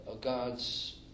God's